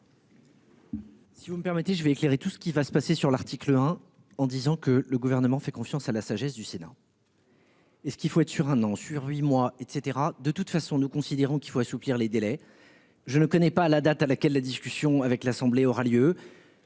Si vous me permettez je vais éclairer tout ce qui va se passer sur l'article 1 en disant que le gouvernement fait confiance à la sagesse du Sénat. Et ce qu'il faut être sur un an sur huit mois et cetera de toute façon nous considérons qu'il faut assouplir les délais. Je ne connais pas la date à laquelle la discussion avec l'Assemblée aura lieu.